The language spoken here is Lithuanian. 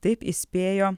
taip įspėjo